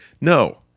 No